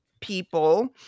people